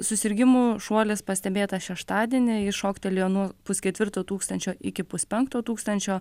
susirgimų šuolis pastebėtas šeštadienį jis šoktelėjo nuo pusketvirto tūkstančio iki puspenkto tūkstančio